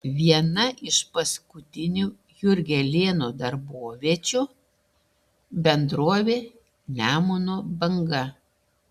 viena iš paskutinių jurgelėno darboviečių bendrovė nemuno banga